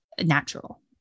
natural